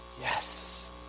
yes